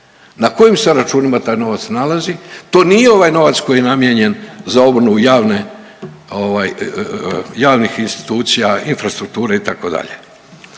na kojim se računima taj novac nalazi, to nije ovaj novac koji je namijenjen za obnovu javne ovaj javnih institucija, infrastrukture itd.